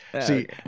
see